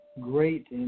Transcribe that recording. great